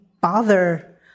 bother